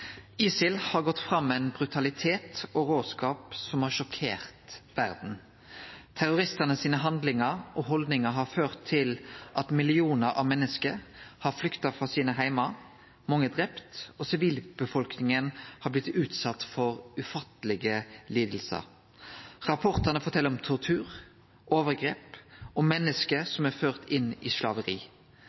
ISIL har gått fram med ein brutalitet og råskap som har sjokkert verda. Handlingane og haldningane til terroristane har ført til at millionar av menneske har flykta frå heimane sine, mange er drepne, og sivilbefolkninga har blitt utsett for ufattelege lidingar. Rapportane fortel om tortur, overgrep og om menneske som er førte inn i slaveri.